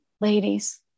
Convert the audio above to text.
ladies